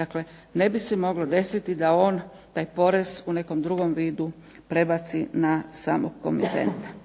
Dakle, ne bi se moglo desiti da on taj porez u nekom drugom vidu prebaci na samog komitenta.